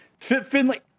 Finley